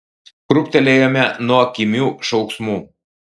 krūptelėjome nuo kimių šauksmų